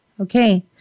Okay